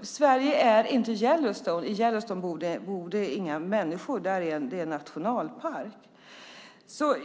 Sverige är inte Yellowstone. I Yellowstone bor det inga människor. Det är en nationalpark.